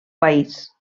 país